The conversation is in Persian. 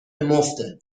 مفته